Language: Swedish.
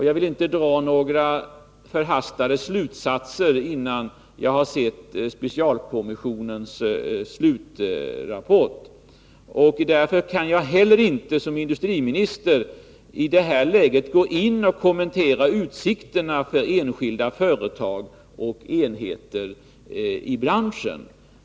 Jag vill inte dra några förhastade slutsatser, innan jag sett Nr 135 specialstålskommissionens slutrapport. Därför kan jag inte heller som Måndagen den industriminister i det här läget kommentera utsikterna för enskilda företag 2 maj 1983 och enheter i branschen.